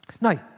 Now